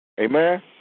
Amen